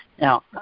Now